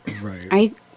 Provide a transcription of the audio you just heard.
Right